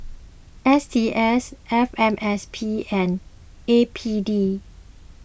S T S F M S P and A P D